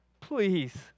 please